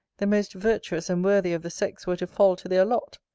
the most virtuous and worthy of the sex were to fall to their lot.